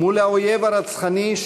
מול האויב הרצחני,